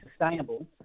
sustainable